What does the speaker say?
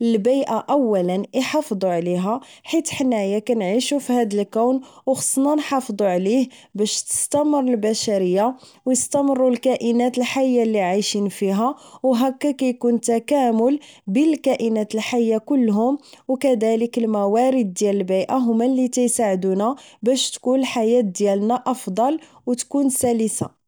للبيئة اولا احافضو عليها حيت حنايا كنعيشو فهاد الكون او خصنا نحافضو عليه باش تستمر البشرية او يستمرو الكائنات الحية اللي عايشين فيها او هكا كيكون تكامل بين الكائنات الحية كلهم او كدلك الموارد ديال البيئة هما اللي تيساعدونا باش تكون الحياة ديالنا افضل او تكون سلسة